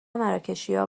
مراکشیا